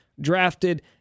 drafted